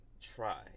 try